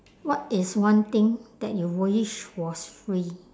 what is one thing that you wish was free